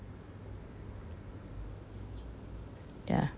ya